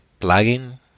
plugin